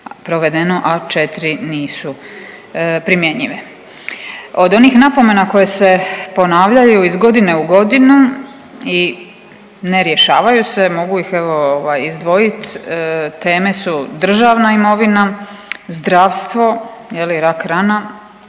provedeno, a 4 nisu primjenjive. Od onih napomena koje se ponavljaju iz godine u godinu i ne rješavaju se. Mogu ih evo izdvojiti. Teme su državna imovina, zdravstvo, je li rak rana